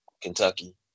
Kentucky